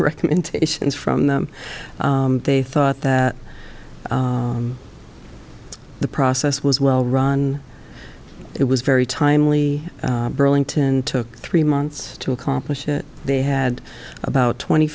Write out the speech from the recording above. recommendations from them they thought that the process was well run it was very timely burlington took three months to accomplish it they had about twenty